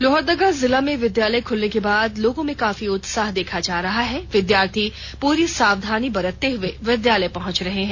लोहरदगा जिला में विद्यालय खुलने के बाद लोगों में काफी उत्साह देखा जा रहा है विद्यार्थी पूरी सावधानी बरतते हुए विद्यालय पहुंच रहे हैं